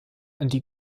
die